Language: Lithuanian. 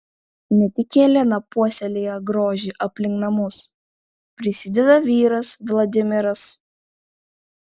ne tik jelena puoselėja grožį aplink namus prisideda vyras vladimiras